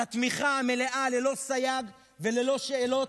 על התמיכה המלאה ללא סייג וללא שאלות.